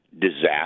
disaster